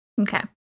Okay